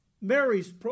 Mary's